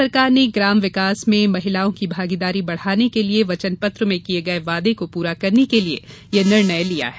राज्य सरकार ने ग्राम विकास में महिलाओं की भागीदारी बढ़ाने के लिए वचनपत्र में किये वादे को पूरा करने के लिए यह निर्णय लिया है